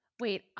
wait